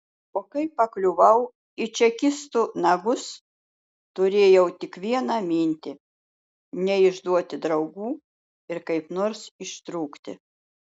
o kai pakliuvau į čekistų nagus turėjau tik vieną mintį neišduoti draugų ir kaip nors ištrūkti